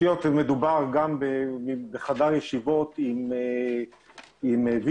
בתשתיות מדובר גם בחדר ישיבות עם VC,